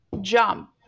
jump